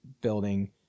building